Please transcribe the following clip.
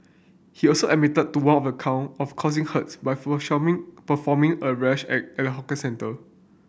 he also admitted to one of the count of causing hurt by performing a rash act at a hawker centre